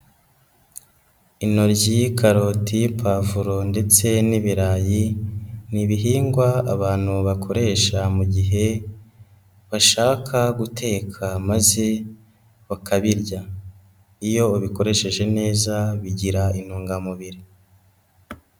Intoryi, karoti ,pavuro ndetse n'ibirayi, ni ibihingwa abantu bakoresha mu gihe bashaka guteka, maze bakabirya ,iyo ubikoresheje neza bigira intungamubiri.